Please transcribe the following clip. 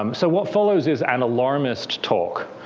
um so what follows is an alarmist talk.